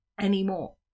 anymore